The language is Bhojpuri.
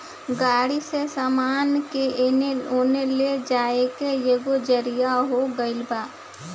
गाड़ी से सामान के एने ओने ले जाए के एगो जरिआ हो गइल बा